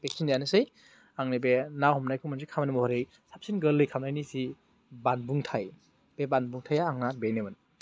बेखिनियानोसै आंनि बे ना हमनायखौ मोनसे खामानियाव ओरै साबसिन गोरलै खालामनायनि जि बानबुंथाइ बे बानबुंथाइआ आंना बेनोमोन